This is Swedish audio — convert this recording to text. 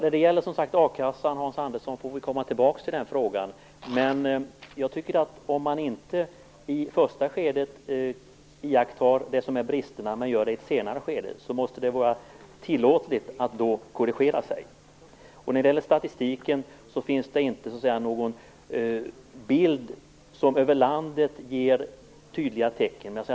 Fru talman! Vi får komma tillbaka till frågan om a-kassan, Hans Andersson. Om man inte i första skedet iakttar bristerna utan gör det i ett senare skede måste det vara tillåtligt att då korrigera sig. När det gäller statistiken finns det inte någon bild som över landet ger tydliga tecken.